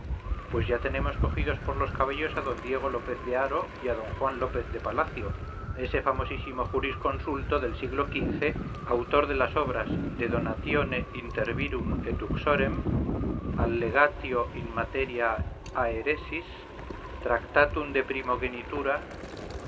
pues ya tenemos cogidos por los cabellos a d diego lópez de haro y a d juan lópez de palacio ese famosísimo jurisconsulto del siglo xv autor de las obras de donatione inter virum et uxorem allegatio in materia hresis tractatum de primogenitura